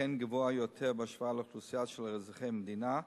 אכן גבוהה בהשוואה לאוכלוסיית אזרחי המדינה.